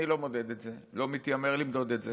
אני לא מודד את זה, לא מתיימר למדוד את זה,